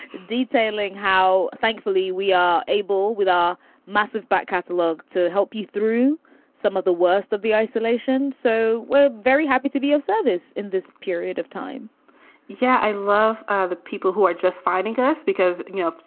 detailing how thankfully we are able with our massive back catalogue to help you through some of the worst of the isolation. so we're very happy to be of service in this period of time yeah. i love the people who are just finding us because, you know,